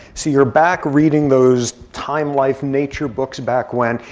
so you're back reading those time life nature books back when,